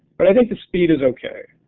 but i think the speed is okay,